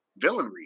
villainry